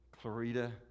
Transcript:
Clarita